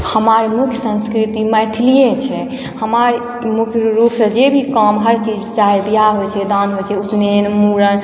हमर मुख्य संस्कृति मैथलिये छै हमर मुख्य रूपसँ जे भी काम हर चीज चाहय ब्याह होइ छै दान होइ छी उपनयन मूरन